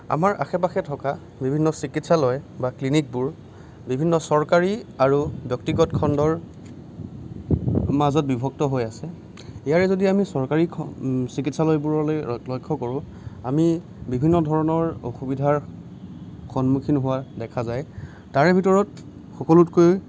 আমাৰ আশে পাশে থকা বিভিন্ন চিকিৎসালয় বা ক্লিনিকবোৰ বিভিন্ন চৰকাৰী আৰু ব্য়ক্তিগত খণ্ডৰ মাজত বিভক্ত হৈ আছে ইয়াৰে যদি আমি চৰকাৰী খ চিকিৎসালয়বোৰলৈ ল লক্ষ্য় কৰোঁ আমি বিভিন্ন ধৰণৰ অসুবিধাৰ সন্মুখীন হোৱা দেখা যায় তাৰে ভিতৰত সকলোতকৈ